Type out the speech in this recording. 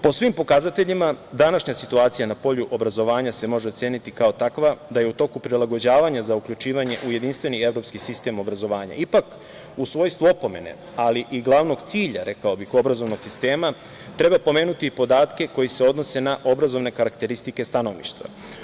Po svim pokazateljima današnja situacija na polju obrazovanja se može oceniti kao takva, da je u toku prilagođavanja za uključivanje u jedinstveni evropski sistem obrazovanja ipak u svojstvu opomene, ali i glavnog cilja, rekao bih, obrazovnog sistema treba pomenuti podatke koji se odnose na obrazovne karakteristike stanovništva.